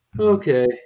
Okay